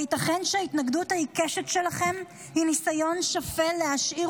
הייתכן שההתנגדות העיקשת שלכם היא ניסיון שפל להשאיר